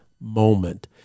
moment